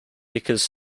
because